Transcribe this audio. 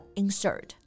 insert